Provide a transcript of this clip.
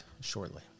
shortly